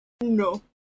No